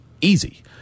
easy